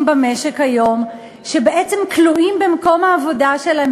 במשק שבעצם כלואים במקום העבודה שלהם,